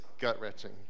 gut-wrenching